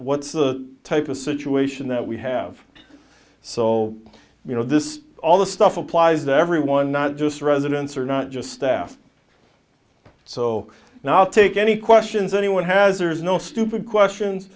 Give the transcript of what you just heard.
what's the type of situation that we have so you know this all the stuff applies to everyone not just residents or not just staff so now i'll take any questions anyone has or has no stupid questions